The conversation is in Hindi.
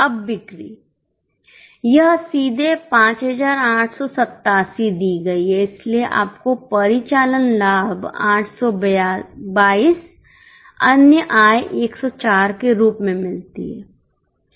अब बिक्री यह सीधे 5887 दी गई है इसलिए आपको परिचालन लाभ 822 अन्य आय 104 के रूप में मिलती है